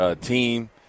team